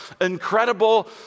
incredible